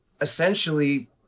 essentially